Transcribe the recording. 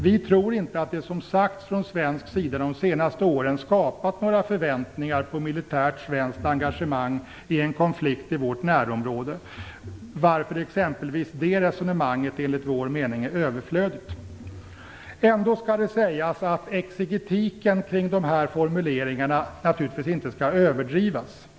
Vi tror inte att det som sagts från svensk sida de senaste åren skapat några förväntningar på militärt svenskt engagemang i en konflikt i vårt närområde, varför exempelvis det resonemanget enligt vår mening är överflödigt. Ändå skall det sägas att exegetiken kring dessa formuleringar inte skall överdrivas.